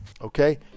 okay